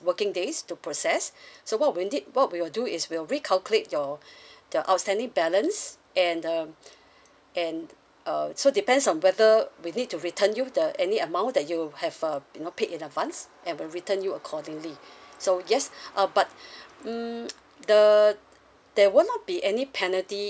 working days to process so what we did what we will do is we'll recalculate your the outstanding balance and um and uh so depends on whether we need to return you the any amount that you have uh you know paid in advance and we'll return you accordingly so yes uh but mm the there will not be any penalty